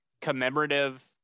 commemorative